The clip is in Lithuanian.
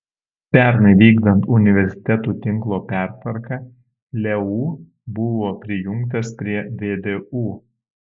pernai vykdant universitetų tinklo pertvarką leu buvo prijungtas prie vdu